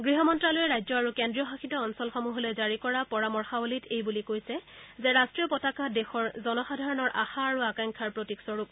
গৃহ মন্ত্ৰালয়ে ৰাজ্য আৰু কেন্দ্ৰীয় শাসিতসমূহলৈ জাৰি কৰা পৰামৰ্শৱলীত এই বুলি কৈছে যে ৰাষ্ট্ৰীয় পতাকা দেশৰ জনসাধাৰণৰ আশা আৰু আকাংক্ষাৰ প্ৰতীক স্বৰূপ